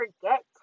forget